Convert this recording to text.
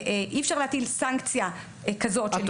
אי אפשר להטיל סנקציה כזאת של עיצום כספי על בתי ספר.